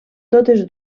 totes